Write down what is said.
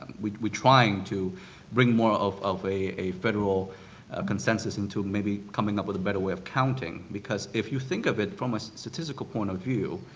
um we are trying to bring more of of a a federal consensus and to maybe coming up with a better way of counting, because if you think of it from a statistical point of view,